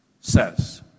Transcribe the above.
says